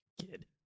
Kid